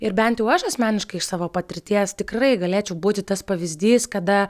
ir bent jau aš asmeniškai iš savo patirties tikrai galėčiau būti tas pavyzdys kada